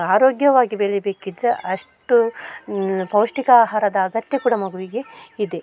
ಆರೋಗ್ಯವಾಗಿ ಬೆಳಿಬೇಕಿದ್ದರೆ ಅಷ್ಟು ಪೌಷ್ಠಿಕ ಆಹಾರದ ಅಗತ್ಯ ಕೂಡ ಮಗುವಿಗೆ ಇದೆ